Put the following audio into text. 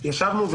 ישבנו,